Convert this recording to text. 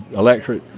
electorate.